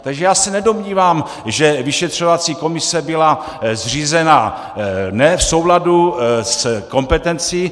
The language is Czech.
Takže já se nedomnívám, že vyšetřovací komise byla zřízena ne v souladu s kompetencí.